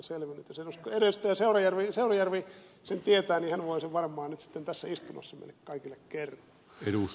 seurujärvi sen tietää niin hän voi sen varmaan nyt sitten tässä istunnossa meille kaikille kertoa